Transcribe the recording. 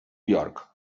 york